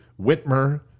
Whitmer